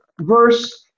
verse